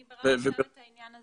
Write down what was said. אני ביררתי גם את העניין הזה.